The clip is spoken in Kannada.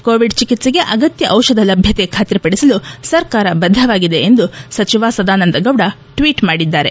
ಕೋವಿಡ್ ಸೋಂಕಿತರಿಗೆ ಅಗತ್ಯ ದಿಷಧ ಲಭ್ಯತೆ ಖಾತ್ರಿಪಡಿಸಲು ಸರ್ಕಾರ ಬದ್ದವಾಗಿದೆ ಎಂದು ಸಚಿವ ಸದಾನಂದಗೌಡ ಅವರು ಟ್ವೀಟ್ ಮಾಡಿದ್ದಾರೆ